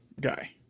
guy